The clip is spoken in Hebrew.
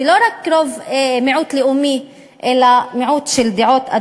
ולא רק מיעוט לאומי אלא מיעוט של דעות,